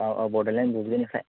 औ औ बड'लेण्ड बुब्लिनिफ्राय